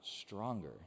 stronger